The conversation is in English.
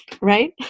right